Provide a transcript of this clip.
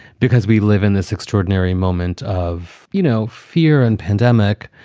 because we live in this extraordinary moment of, you know, fear and pandemic.